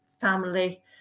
family